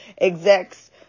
execs